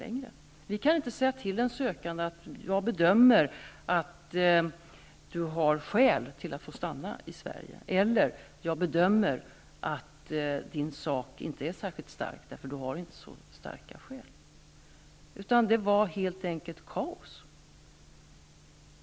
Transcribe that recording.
De sade att de inte kan säga till en sökande att de bedömer att den sökande har skäl att få stanna i Sverige eller att de bedömer att hans eller hennes sak inte är särskilt stark, eftersom vederbörande inte har så starka skäl. Det rådde helt enkelt kaos.